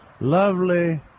lovely